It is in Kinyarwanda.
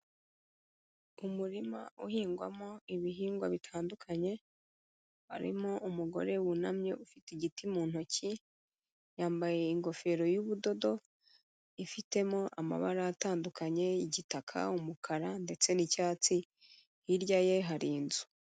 Umurima uhingwamo ibihingwa bitandukanye, harimo umugore wunamye ufite igiti mu ntoki, yambaye ingofero y'ubudodo ifitemo amabara atandukanye, igitaka, umukara ndetse n'icyatsi, hirya ye hari inzu.